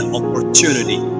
opportunity